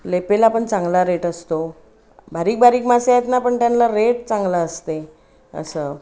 लेपेला पण चांगला रेट असतो बारीक बारीक मासे आहेत ना पण त्यांना रेट चांगला असते असं